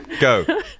Go